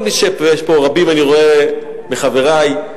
רבים מחברי,